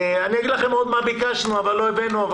אגיד לכם מה עוד ביקשנו אבל לא הבאנו.